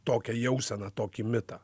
tokią jauseną tokį mitą